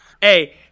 Hey